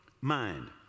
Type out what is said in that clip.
mind